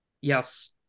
Yes